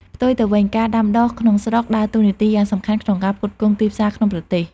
ផ្ទុយទៅវិញ ការដាំដុះក្នុងស្រុកដើរតួនាទីយ៉ាងសំខាន់ក្នុងការផ្គត់ផ្គង់ទីផ្សារក្នុងប្រទេស។